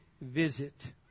visit